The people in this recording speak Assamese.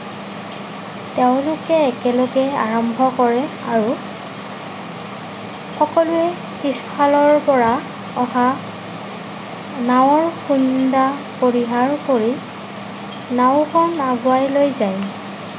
তেওঁলোকে একেলগে আৰম্ভ কৰে আৰু সকলোৱে পিছফালৰ পৰা অহা নাৱৰ খুন্দা পৰিহাৰ কৰি নাওখন আগুৱাই লৈ যায়